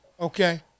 Okay